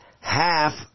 half